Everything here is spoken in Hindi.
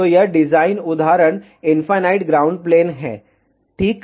तो यह डिजाइन उदाहरण इनफाइनाइट ग्राउंड प्लेन है ठीक